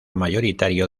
mayoritario